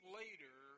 later